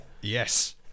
yes